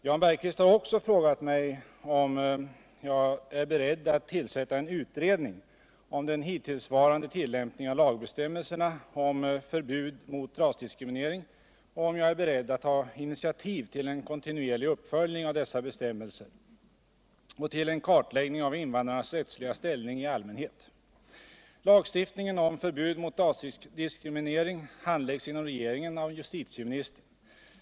Jan Bergqvist har också frågat mig om jag är beredd att tillsätta en utredning om den hittillsvarande tillämpningen av lagbestämmelserna om förbud mot rasdiskriminering och om jag är beredd att ta initiativ till en kontinuerlig uppföljning av dessa bestämmelser och till en kartläggning av invandrarnas rättsliga ställning i allmänhet. Lagstiftningen om förbud mot rasdiskriminering handläggs inom regeringen av justitieministern.